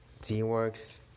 TeamWorks